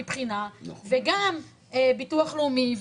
וגם ביטוח לאומי.